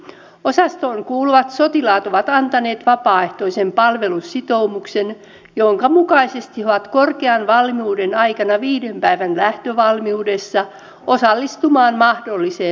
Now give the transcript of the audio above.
osastoon kuuluvat sotilaat ovat antaneet vapaaehtoisen palvelussitoumuksen jonka mukaisesti he ovat korkean valmiuden aikana viiden päivän lähtövalmiudessa osallistumaan mahdolliseen operaatioon